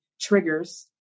triggers